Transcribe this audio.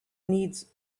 needs